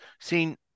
seen